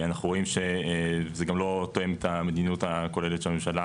אנחנו רואים שזה גם לא תואם את המדיניות הכוללת של הממשלה,